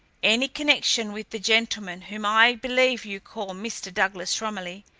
any connection with the gentleman whom i believe you call mr. douglas romilly,